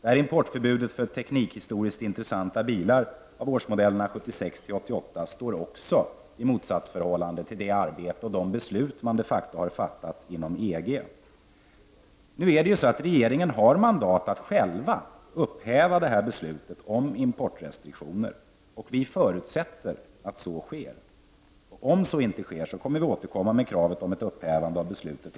Detta importförbud för teknikhistoriskt intressanta bilar av årsmodellerna 1976--1988 står också i motsatsförhållande till det arbete och de beslut som man de facto har fattat inom EG. Regeringen har mandat att upphäva beslutet om importrestriktionerna, och vi förutsätter att så sker. Om så inte sker kommer vi under vårriksdagen att återkomma med kravet på ett upphävande av beslutet.